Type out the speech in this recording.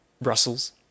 Brussels